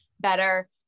better